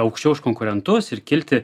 aukščiau už konkurentus ir kilti